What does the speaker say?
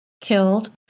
killed